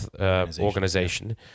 Organization